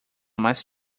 mais